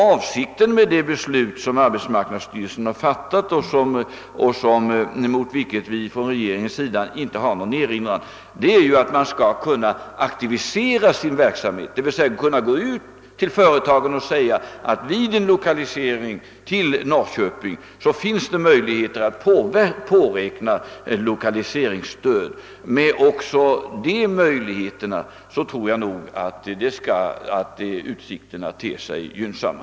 Avsikten med det beslut som arbetsmarknadsstyrelsen har fattat, och mot vilket regeringen inte har någon erinran, är att man skall aktivisera sin verksamhet och gå ut till företagen och säga att de vid en lokalisering till Norrköping kan påräkna lokaliseringsstöd. Med också dessa möjligheter tror jag att utsikterna ter sig gynnsamma.